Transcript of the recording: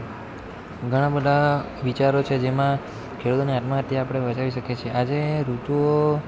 ઘણાં બધાં વિચારો છે જેમાં ખેડૂતોની આત્મહત્યા આપણે બચાવી શકીએ છીએ આજે ઋતુઓ